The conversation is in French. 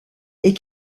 est